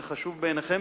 זה חשוב בעיניכם,